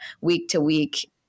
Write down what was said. week-to-week